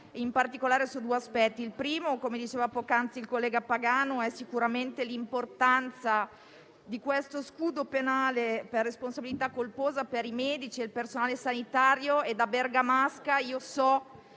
in particolare su due aspetti. Il primo - come diceva poc'anzi il collega Pagano - è sicuramente l'importante introduzione dello scudo penale per la responsabilità colposa dei medici e del personale sanitario. Da bergamasca so